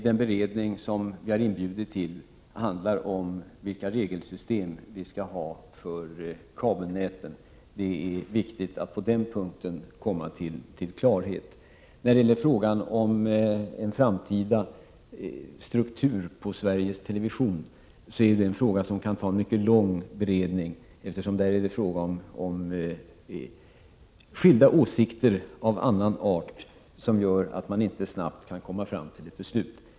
Den beredning som vi har inbjudit till handlar om vilka regelsystem vi skall ha för kabelnäten. Det är viktigt att komma till klarhet på den punkten. Frågan om en framtida struktur på Sveriges television kan behöva en mycket omfattande beredning. Det är ju här fråga om skilda åsikter av en annan art, som gör att man inte snabbt kan komma fram till ett beslut.